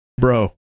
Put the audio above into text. bro